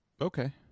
okay